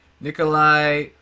Nikolai